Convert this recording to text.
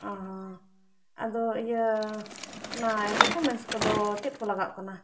ᱚ ᱦᱚᱸ ᱟᱫᱚ ᱤᱭᱟᱹ ᱚᱱᱟ ᱰᱚᱠᱩᱢᱮᱱᱴᱥ ᱠᱚᱫᱚ ᱪᱮᱫ ᱠᱚ ᱞᱟᱜᱟᱜ ᱠᱟᱱᱟ